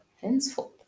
henceforth